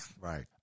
Right